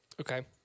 Okay